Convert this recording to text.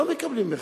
לא מקבלים החזר.